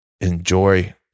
enjoy